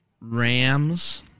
Rams